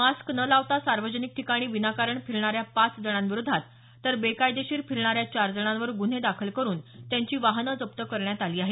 mask न लावता सार्वजनिक ठिकाणी विनाकारण फिरणाऱ्या पाच जणांविरोधात तर बेकायदेशिर फिरणाऱ्या चार जणांवर गुन्हे दाखल करून त्यांची वाहने जप्त करण्यात आली आहेत